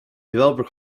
developer